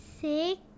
Six